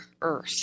earth